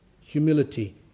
Humility